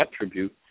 attribute